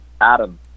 Adam